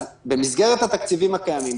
במסגרת התקציבים הקיימים,